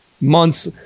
months